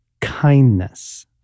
kindness